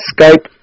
Skype